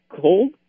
cold